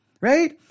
right